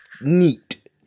Neat